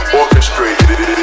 orchestrated